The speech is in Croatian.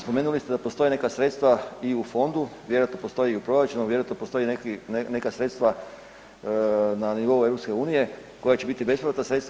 Spomenuli ste da postoje neka sredstva i u Fondu, vjerojatno postoji i u proračunu, vjerojatno postoji neka sredstva na nivou EU koja će biti bespovratna sredstva.